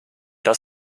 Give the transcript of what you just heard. das